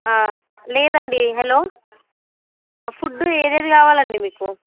లేదండి hello food ఏది కావాలండి మీకు